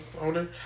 owner